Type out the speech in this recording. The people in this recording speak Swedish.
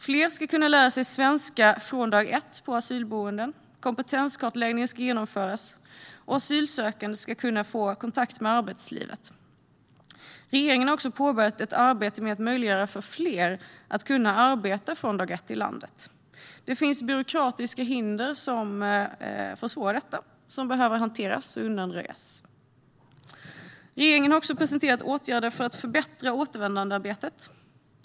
Fler ska kunna lära sig svenska på asylboenden från dag ett, kompetenskartläggning ska genomföras och asylsökande ska kunna få kontakt med arbetslivet. Regeringen har också påbörjat ett arbete med att möjliggöra för fler att kunna arbeta från dag ett i landet. Det finns byråkratiska hinder som försvårar detta och som behöver hanteras och undanröjas. Regeringen har också presenterat åtgärder för att förbättra återvändandearbetet.